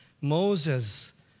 Moses